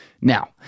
Now